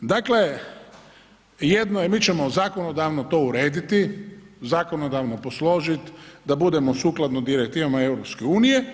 Dakle, jedno je mi ćemo zakonodavno to urediti, zakonodavno posložit da budemo sukladno direktivama EU.